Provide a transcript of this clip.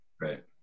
Right